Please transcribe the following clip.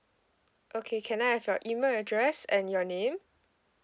okay can I have your email address and your name